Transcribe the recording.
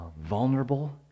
vulnerable